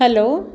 hello